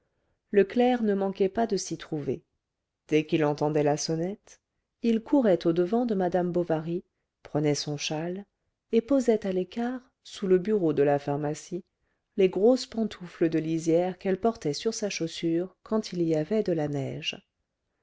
clerc ne manquait pas de s'y trouver dès qu'il entendait la sonnette il courait au-devant de madame bovary prenait son châle et posait à l'écart sous le bureau de la pharmacie les grosses pantoufles de lisière qu'elle portait sur sa chaussure quand il y avait de la neige